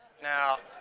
now.